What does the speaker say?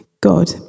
God